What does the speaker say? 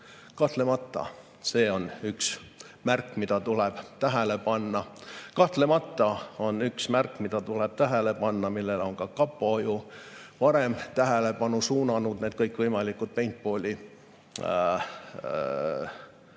Kahtlemata üks märk, mida tuleb tähele panna, millele on ka kapo varem tähelepanu suunanud, on need kõikvõimalikudpaintball'i